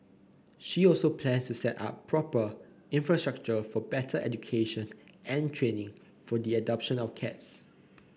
she also plans to set up proper infrastructure for better education and training for the adoption of cats